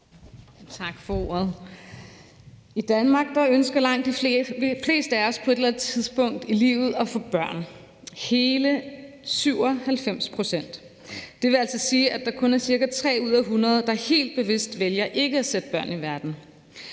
I Danmark ønsker langt de fleste af os på et eller andet tidspunkt i livet at få børn, hele 97 pct. Det vil altså sige, at der kun er cirka 3 ud af 100, der helt bevidst vælger ikke at sætte børn i verden.